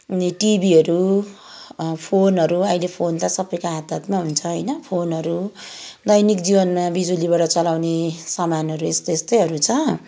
अनि टिभीहरू फोनहरू अहिले फोन त सबैको हात हातमा हुन्छ होइन फोनहरू दैनिक जीवनमा बिजुलीबाट चलाउने सामानहरू यस्तै यस्तैहरू छ